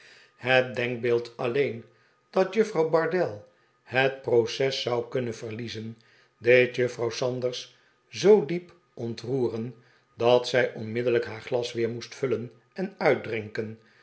het denkbeeld alleen dat juffrouw bardell het proces zou kunnen verliezen deed juffrouw sanders zoo diep ontroeren dat zij onmiddellijk haar glas weer moest vullen en uitdrinken